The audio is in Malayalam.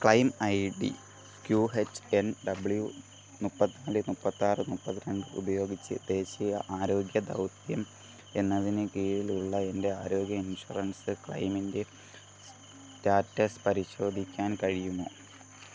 claim I D Q H N W മുപ്പത്തി നാല് മുപ്പത്താറ് മുപ്പത്തി രണ്ട് ഉപയോഗിച്ച് ദേശീയ ആരോഗ്യ ദൗത്യം എന്നതിന് കീഴിലുള്ള എൻ്റെ ആരോഗ്യ ഇൻഷുറൻസ് ക്ലെയിമിൻ്റെ സ്റ്റാറ്റസ് പരിശോധിക്കാൻ കഴിയുമോ